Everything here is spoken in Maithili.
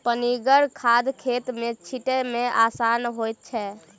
पनिगर खाद खेत मे छीटै मे आसान होइत छै